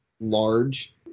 large